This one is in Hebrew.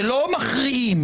שלא מכריעים,